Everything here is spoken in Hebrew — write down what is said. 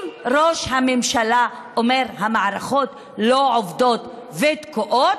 אם ראש הממשלה אומר שהמערכות לא עובדות ותקועות,